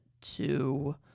two